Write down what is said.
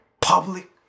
public